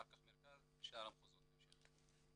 אחר כך מרכז ושאר המחוזות בהמשך.